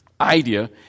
idea